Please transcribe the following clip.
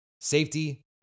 safety